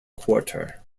quarter